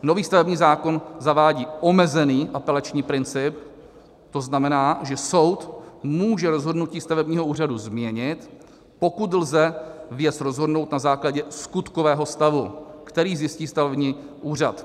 Nový stavební zákon zavádí omezený apelační princip, to znamená, že soud může rozhodnutí stavebního úřadu změnit, pokud lze věc rozhodnout na základě skutkového stavu, který zjistí stavební úřad.